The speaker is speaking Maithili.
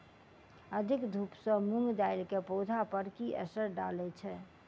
अधिक धूप सँ मूंग दालि केँ पौधा पर की असर डालय छै?